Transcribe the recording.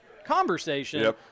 conversation